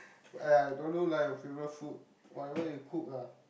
ya I don't know lah your favourite food whatever you cook lah